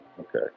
okay